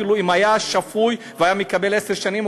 כאילו היה שפוי והיה מקבל עשר שנים,